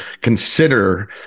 consider